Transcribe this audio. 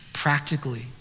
Practically